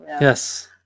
Yes